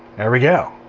we go.